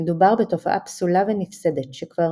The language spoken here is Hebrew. "מדובר בתופעה פסולה ונפסדת, שכבר